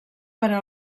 però